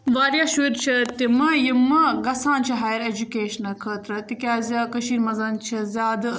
واریاہ شُرۍ چھِ تِمہٕ یِمہٕ گژھان چھِ ہایَر اٮ۪جوکیشَنہٕ خٲطرٕ تِکیٛازِ کٔشیٖرِ منٛز چھِ زیادٕ